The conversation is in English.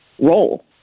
role